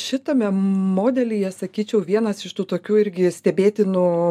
šitame modelyje sakyčiau vienas iš tų tokių irgi stebėtinų